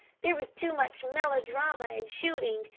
there was too much melodrama and shooting,